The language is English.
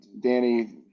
Danny